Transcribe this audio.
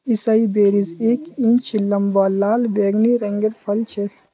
एसाई berries एक inch लंबा लाल बैंगनी रंगेर फल छे